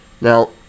Now